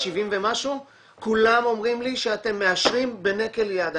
70 ומשהו, כולם אומרים לי שאתם מאשרים בנקל יד.